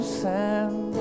sand